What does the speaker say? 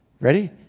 Ready